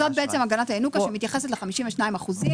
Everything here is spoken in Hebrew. זאת בעצם הגנת הינוקא שמתייחסת ל-52 אחוזים